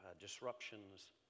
disruptions